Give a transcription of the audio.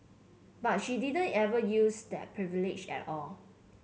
but she didn't ever use that privilege at all